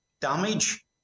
damage